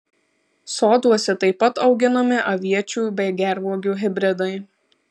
soduose taip pat auginami aviečių bei gervuogių hibridai